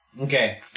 Okay